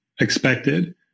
expected